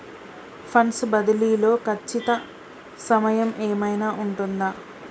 Funds బదిలీ లో ఖచ్చిత సమయం ఏమైనా ఉంటుందా?